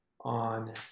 on